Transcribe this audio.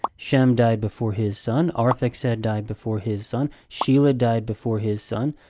shem died before his son. arphaxad died before his son. shelah died before his son.